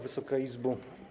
Wysoka Izbo!